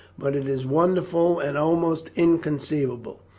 but it is wonderful and almost inconceivable.